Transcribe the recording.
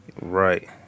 Right